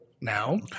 Now